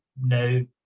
no